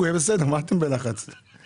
נעביר את זה.